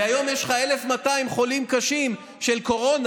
והיום יש לך 1,200 חולים קשים של קורונה.